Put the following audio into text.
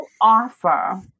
offer